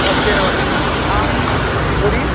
नमस्ते नमस्ते नमस्ते हाँ बोलिए